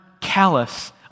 callous